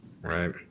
Right